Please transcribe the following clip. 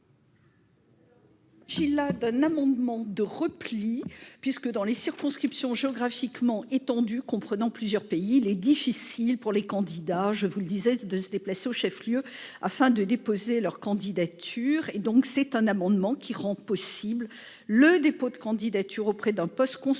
s'agit d'un amendement de repli. Dans les circonscriptions géographiquement étendues comprenant plusieurs pays, il est difficile pour les candidats de se déplacer au chef-lieu afin de déposer leur candidature. L'adoption de cet amendement rendrait possible le dépôt de candidature auprès d'un poste consulaire